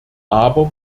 aber